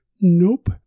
Nope